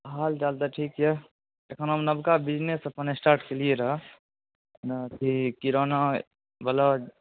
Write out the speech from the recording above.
हालचाल तऽ ठीक अइ एखन हम नबका बिजनेस अपन स्टार्ट केलिए रहै मने अथी किरानावला